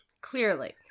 Clearly